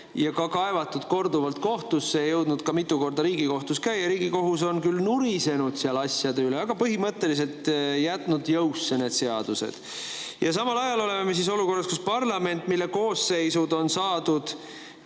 kaevatud ja see on jõudnud ka mitu korda Riigikohtus käia. Riigikohus on küll nurisenud asjade üle, aga põhimõtteliselt jätnud jõusse need seadused. Samal ajal oleme me olukorras, kus parlament, mille koosseisud on saadud